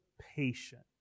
patient